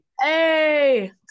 hey